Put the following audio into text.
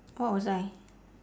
what was I